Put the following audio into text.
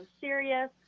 serious